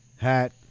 hat